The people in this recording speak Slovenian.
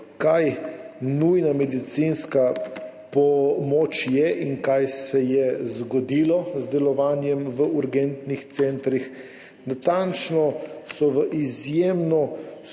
kaj nujna medicinska pomoč je in kaj se je zgodilo z delovanjem v urgentnih centrih. Natančno je v izjemno